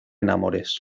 enamores